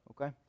okay